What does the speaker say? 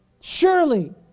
Surely